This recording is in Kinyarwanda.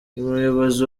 umuyobozi